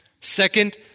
Second